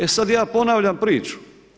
E sad ja ponavljam priču.